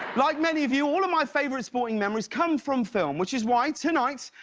like many of you, all of my favorite sporting memories come from film, which is why tonight,